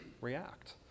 react